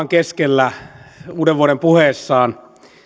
keskellä uudenvuoden puheessaan